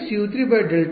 ವಿದ್ಯಾರ್ಥಿ ಮೈನಸ್ ಯು2